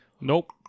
nope